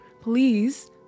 Please